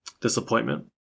disappointment